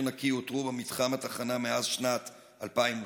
נקי אותרו במתחם התחנה מאז שנת 2008?